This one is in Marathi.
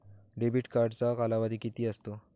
डेबिट कार्डचा कालावधी किती असतो?